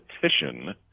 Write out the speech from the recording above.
petition